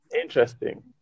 Interesting